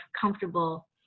comfortable